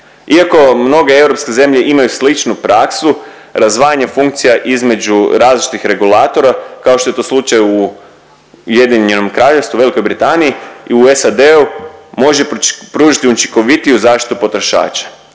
Iako mnoge europske zemlje imaju sličnu praksu razdvajanje funkcija između različitih regulatora kako što je to slučaj u Ujedinjenom Kraljevstvu, Velikoj Britaniji i u SAD-u može pružiti učinkovitiju zaštitu potrošača